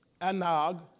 Anag